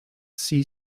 see